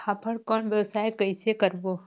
फाफण कौन व्यवसाय कइसे करबो?